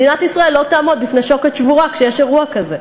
מדינת ישראל לא תעמוד בפני שוקת שבורה כשיש אירוע כזה.